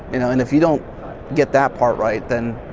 you know? and if you don't get that part right then,